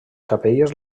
capelles